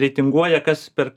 reitinguoja kas per